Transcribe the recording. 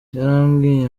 yarambwiye